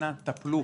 אנא טפלו.